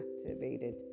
activated